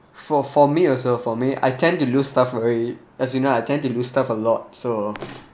for for me also for me I tend to lose stuff very as you know I tend to lose stuff a lot so